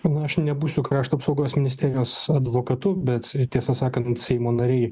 na aš nebūsiu krašto apsaugos ministerijos advokatu bet tiesą sakant seimo nariai